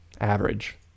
average